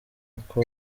uko